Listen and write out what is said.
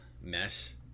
mess